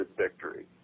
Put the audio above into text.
victory